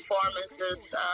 performances